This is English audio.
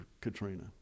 Katrina